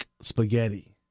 spaghetti